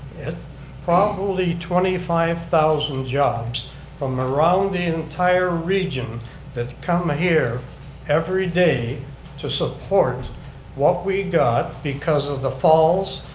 probably twenty five thousand jobs from around the entire region that come here everyday to support what we got because of the falls,